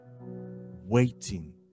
waiting